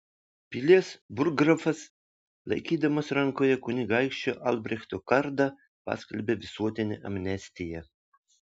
pilies burggrafas laikydamas rankoje kunigaikščio albrechto kardą paskelbė visuotinę amnestiją